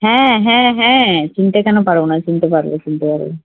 হ্যাঁ হ্যাঁ হ্যাঁ চিনতে কেন পারবো না চিনতে পারবো চিনতে পারবো